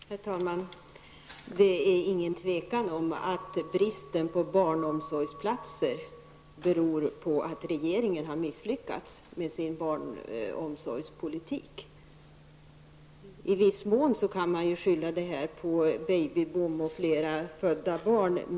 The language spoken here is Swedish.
Herr talman! Det är intet tvivel om att bristen på barnomsorgsplatser beror på att regeringen misslyckats med sin barnomsorgspolitik. I viss mån kan man skylla detta på baby-boomen och att det föds fler barn än tidigare.